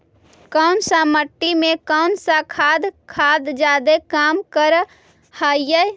कौन सा मिट्टी मे कौन सा खाद खाद जादे काम कर हाइय?